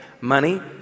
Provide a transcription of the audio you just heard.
money